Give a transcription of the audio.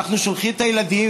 אנחנו שולחים את הילדים,